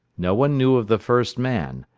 no one knew of the first man.